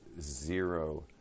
zero